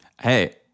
Hey